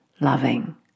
loving